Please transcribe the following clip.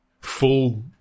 full